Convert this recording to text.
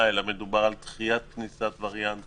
אלא מדובר על דחיית כניסת ווריאנטים.